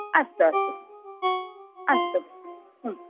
अस्तु अस्तु अस्तु